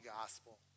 gospel